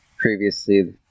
previously